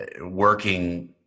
working